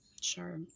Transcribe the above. Sure